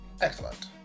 Excellent